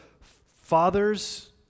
fathers